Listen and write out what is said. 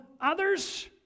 others